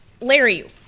larry